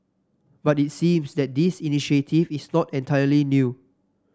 but it seems that this initiative is not entirely new